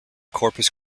corpus